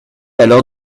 alors